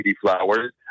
flowers